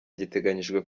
giteganyijwe